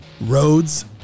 Roads